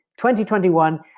2021